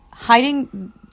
Hiding